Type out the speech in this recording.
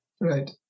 Right